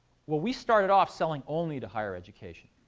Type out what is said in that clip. well, we started off selling only to higher education,